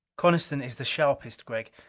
coniston is the sharpest, gregg.